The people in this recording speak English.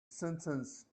sentence